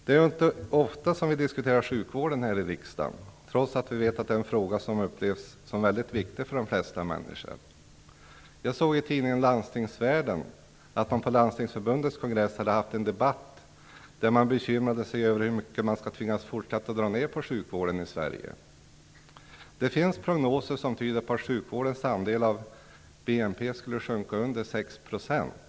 Det är inte ofta som vi diskuterar sjukvården här i riksdagen, trots att vi vet att det är en fråga som upplevs som väldigt viktig för de flesta människor. Jag har i tidningen Landstingsvärlden sett att man på Landstingsförbundets kongress haft en debatt där man bekymrade sig över hur mycket man skall tvingas fortsätta att dra ned på sjukvården i Sverige. Det finns prognoser som tyder på att sjukvårdens andel av BNP skulle sjunka under 6 %.